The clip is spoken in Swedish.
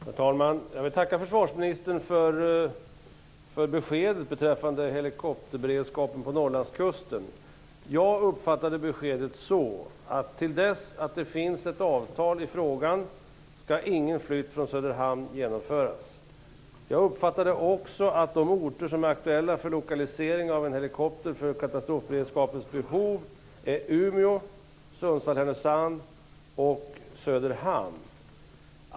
Herr talman! Jag vill tacka försvarsministern för beskedet beträffande helikopterberedskapen på Norrlandskusten. Jag uppfattade beskedet så att till dess att det finns ett avtal i frågan skall ingen flytt från Söderhamn genomföras. Jag uppfattade också att de orter som är aktuella för lokalisering av en helikopter för katastrofberedskapens behov är Umeå, Sundsvall Härnösand och Söderhamn.